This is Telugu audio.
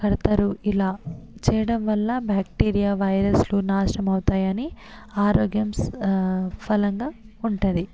కడతారు ఇలా చేయడం వల్ల బ్యాక్టీరియా వైరస్లు నాశనం అవుతాయని ఆరోగ్యం స ఫలంగా ఉంటుంది